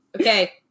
Okay